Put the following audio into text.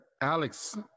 Alex